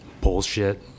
bullshit